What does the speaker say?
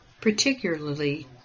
particularly